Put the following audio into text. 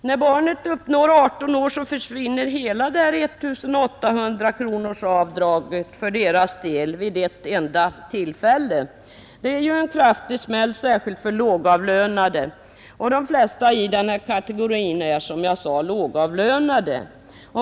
När barnet uppnår 18 års ålder, försvinner hela det här 1 800-kronorsavdraget med en enda gång. Det är en kraftig smäll, särskilt för lågavlönade, och de flesta i den kategorin är, som jag sade, lågavlönade.